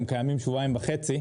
גם קיימים שבועיים וחצי,